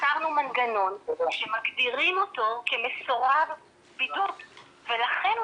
יצרנו מנגנון שמגדירים אותו כמסורב בידוד ולכן הוא